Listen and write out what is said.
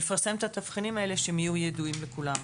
כמו כן לפרסם את התבחינים האלה כך שיהיו ידועים לכולם.